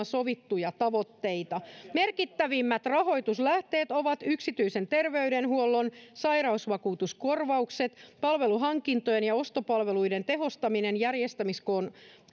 sovittuja tavoitteita merkittävimmät rahoituslähteet ovat yksityisen terveydenhuollon sairausvakuutuskorvaukset palveluhankintojen ja ostopalveluiden tehostaminen järjestäjien koon